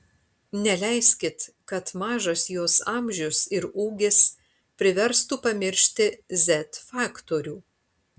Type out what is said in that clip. neleiskit kad mažas jos amžius ir ūgis priverstų pamiršti z faktorių